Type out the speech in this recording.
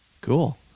Cool